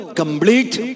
complete